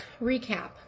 recap